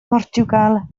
mhortiwgal